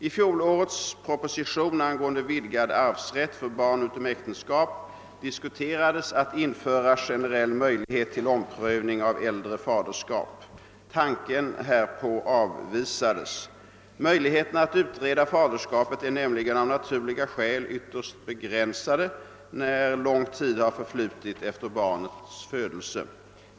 I fjolårets proposition angående vidgad arvsrätt för barn utom äktenskap diskuterades att införa generell möjlighet till omprövning av äldre faderskap. Tanken härpå avvisades. Möjligheterna att utreda faderskapet är nämligen av naturliga skäl ytterst begränsade, när lång tid har förflutit efter barnets födelse.